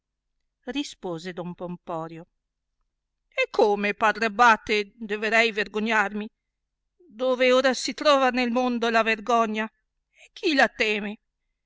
se don pomporio e come padre abbate deverei vergognarmi dove ora si trova nel mondo la vergogna e chi la teme